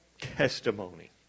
testimony